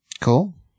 Cool